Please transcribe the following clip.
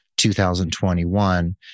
2021